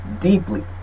deeply